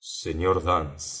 sr dance